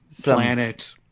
planet